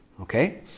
Okay